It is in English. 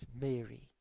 Mary